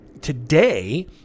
Today